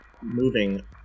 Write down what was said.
moving